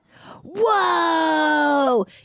Whoa